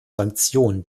sanktionen